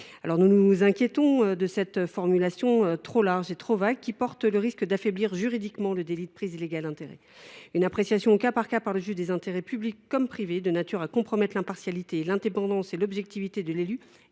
Nous nous inquiétons de cette formulation trop large et trop vague, qui risque d’affaiblir juridiquement le délit de prise illégale d’intérêts. Une appréciation au cas par cas par le juge des intérêts publics comme privés de nature à compromettre l’impartialité, l’indépendance et l’objectivité de l’élu est